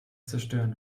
zerstören